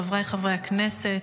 חבריי חברי הכנסת,